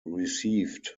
received